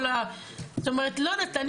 זאת אומרת לא יודעת,